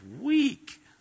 weak